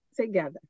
together